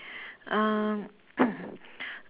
uh